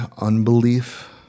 unbelief